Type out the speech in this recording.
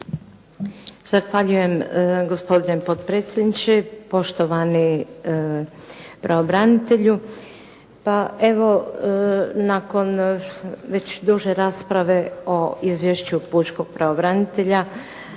Zahvaljujem gospodine potpredsjedniče, poštovani pravobranitelju. Pa, evo nakon već duže rasprave o izvješću pučkog pravobranitelja.